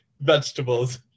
vegetables